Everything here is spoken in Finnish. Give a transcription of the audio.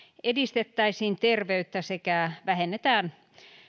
edistettäisiin terveyttä sekä vähennetään